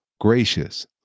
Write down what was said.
gracious